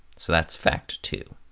so that's fact two.